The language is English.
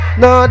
no